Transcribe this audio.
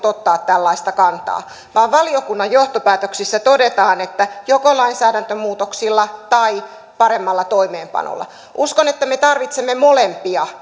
ottaa tällaista kantaa vaan valiokunnan johtopäätöksissä todetaan että edetään joko lainsäädäntömuutoksilla tai paremmalla toimeenpanolla uskon että me tarvitsemme molempia